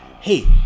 Hey